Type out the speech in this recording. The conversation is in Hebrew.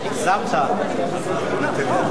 תודה רבה.